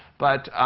but